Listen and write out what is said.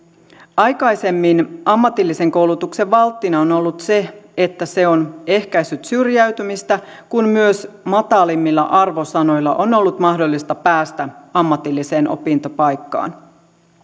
aikaisemmin ammatillisen koulutuksen valttina on on ollut se että se on ehkäissyt syrjäytymistä kun myös matalimmilla arvosanoilla on ollut mahdollista päästä ammatilliseen opintopaikkaan